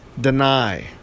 deny